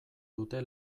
dute